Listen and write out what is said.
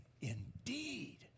indeed